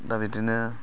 दा बिदिनो